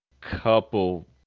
couple